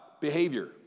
behavior